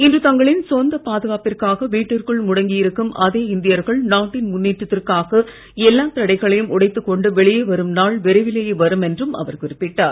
இன்று தங்களின் சொந்த பாதுகாப்பிற்காக வீட்டிற்குள் முடங்கி இருக்கும் அதே இந்தியர்கள் நாட்டின் முன்னேற்றத்திற்காக எல்லா தடைகளையும் உடைத்து கொண்டு வெளியே வரும் நாள் விரைவிலேயே வரும் என்றும் அவர் குறிப்பிட்டார்